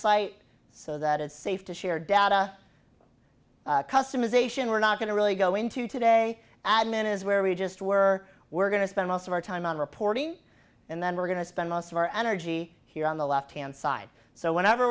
site so that it's safe to share data customization we're not going to really go into today admin is where we just were we're going to spend most of our time on reporting and then we're going to spend most of our energy here on the left hand side so whenever